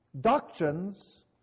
doctrines